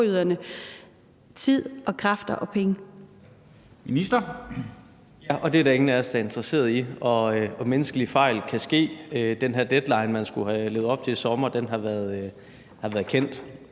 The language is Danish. er der ingen af os der er interesseret i. Menneskelige fejl kan ske. Den her deadline, man skulle have levet op til i sommer, har været kendt